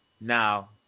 Now